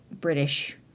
British